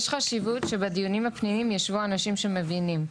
יש חשיבות שבדיונים הפנימיים ישבו האנשים שמבינים.